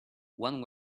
one